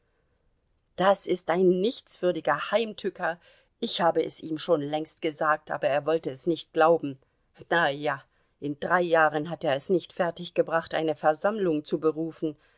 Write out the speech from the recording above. das ist ein nichtswürdiger heimtücker ich habe es ihm schon längst gesagt aber er wollte es nicht glauben na ja in drei jahren hat er es nicht fertiggebracht eine versammlung zu berufen